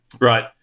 Right